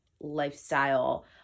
lifestyle